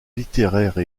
littéraire